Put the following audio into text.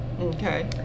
Okay